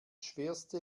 schwerste